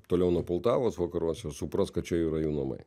toliau nuo poltavos vakaruose supras kad čia yra jų namai